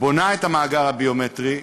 בונה את המאגר הביומטרי,